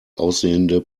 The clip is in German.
aussehende